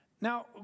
Now